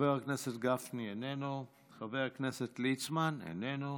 חבר הכנסת גפני, איננו, חבר הכנסת ליצמן, איננו.